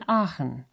Aachen